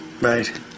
Right